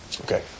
okay